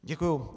Děkuju.